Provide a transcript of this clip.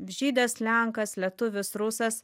žydas lenkas lietuvis rusas